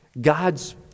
God's